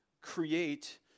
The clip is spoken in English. create